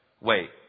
wait